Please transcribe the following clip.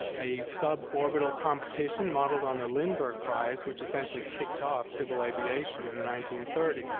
ah a suborbital competition modeled on the lindbergh prize, which essentially kicked off civil aviation in the nineteen thirty s,